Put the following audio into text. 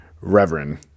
Reverend